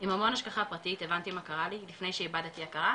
עם המון השגחה פרטית הבנתי מה קרה לי לפני שאיבדתי הכרה,